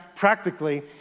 Practically